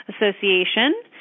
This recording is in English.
Association